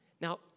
Now